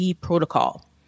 Protocol